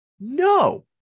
No